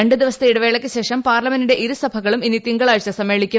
രണ്ട് ദിവസത്തെ ഇടവേളയ്ക്കുശേഷം പാർലമെന്റിന്റെ ഇരുസഭകളും ഇനി തിങ്കളാഴ്ച സമ്മേളിക്കും